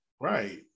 Right